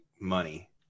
money